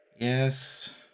Yes